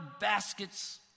baskets